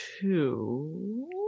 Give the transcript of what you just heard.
Two